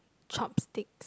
chopsticks